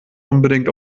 unbedingt